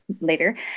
later